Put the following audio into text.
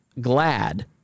glad